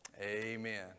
Amen